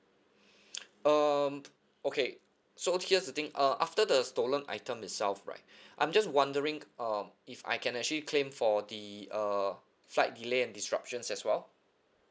um okay so here's the thing uh after the stolen item itself right I'm just wondering um if I can actually claim for the uh flight delay and disruptions as well